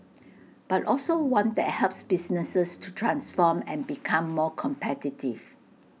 but also one that helps businesses to transform and become more competitive